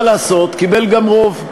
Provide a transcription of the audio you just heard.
מה לעשות, קיבל גם רוב.